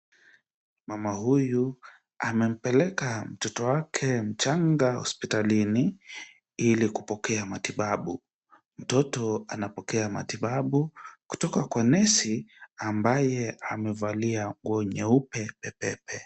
Mama huyu amempeleka mtoto wake mchanga hospitalini ili kupokea matibabu. Mtoto anapokea matibabu kutoka kwa nesi ambaye amevalia nguo nyeupe pepepe.